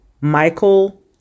Michael